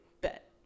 bet